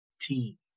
team